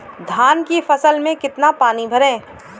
धान की फसल में कितना पानी भरें?